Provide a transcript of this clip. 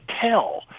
tell